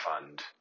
fund